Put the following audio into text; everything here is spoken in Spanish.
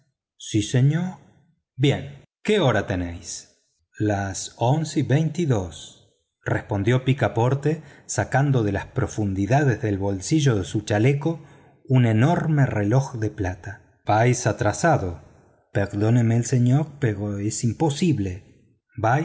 sí señor bien qué hora tenéis las once y veintidós respondió picaporte sacando de las profundidades del bolsillo de su chaleco un enorme reloj de plata vais atrasado perdóneme el señor pero es imposible vais